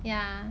yeah